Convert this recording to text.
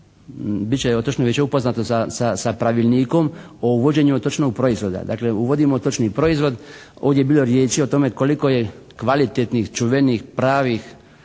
bit će Otočno vijeće upoznato sa Pravilnikom o uvođenju otočnog proizvoda. Dakle uvodimo točni proizvod. Ovdje je bilo riječi o tome koliko je kvalitetnih čuvenih pravih